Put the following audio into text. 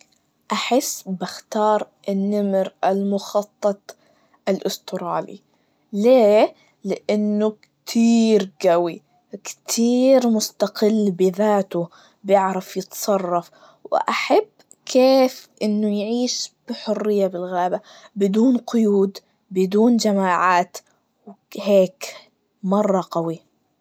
أحس بختار النمر المخطط الأسترالي, ليه؟ لأنه كتيير جوي, وكتير مستقل بذاته, بعرف يتصرف, وأحب كيف إنه يعيش بحرية بالغابة, بدون قيود, بدون جماعات, وك- هيك, مرة قوي.